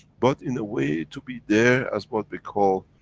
but, in a way to be there, as what we call,